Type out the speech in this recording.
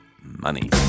Money